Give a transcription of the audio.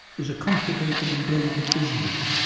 is a complicated and delicate business,